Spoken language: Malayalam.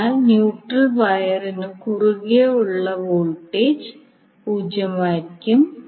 അതിനാൽ ന്യൂട്രൽ വയറിനു കുറുകെയുള്ള വോൾട്ടേജ് പൂജ്യമായിരിക്കും